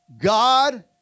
God